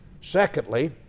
Secondly